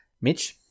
Mitch